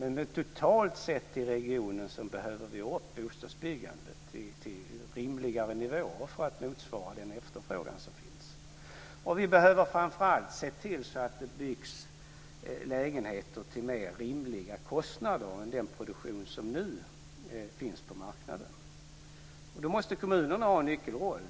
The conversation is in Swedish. Men totalt sett i regionen behöver vi ha upp bostadsbyggandet till rimligare nivåer för att motsvara den efterfrågan som finns. Vi behöver framför allt se till att det byggs lägenheter till mer rimliga kostnader än vad som nu gäller på marknaden. Då måste kommunerna ha en nyckelroll.